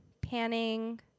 panning